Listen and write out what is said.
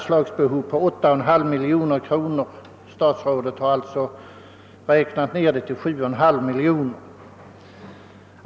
Statsrådet har sålunda skurit ned beloppet till 7,5 miljoner.